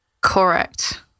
Correct